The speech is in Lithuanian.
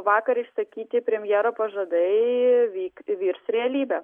vakar išsakyti premjero pažadai vykti virs realybe